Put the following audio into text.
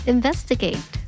Investigate